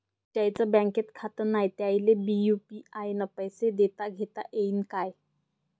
ज्याईचं बँकेत खातं नाय त्याईले बी यू.पी.आय न पैसे देताघेता येईन काय?